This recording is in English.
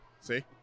See